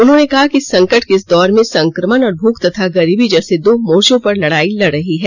उन्होंने कहा कि संकट के इस दौर में संक्रमण और भूख तथा गरीबी जैसे दो मोर्चो पर लड़ाई लड़ रही है